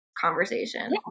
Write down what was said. conversation